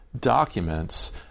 documents